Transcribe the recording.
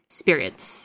spirits